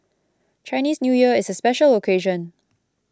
Chinese New Year is a special occasion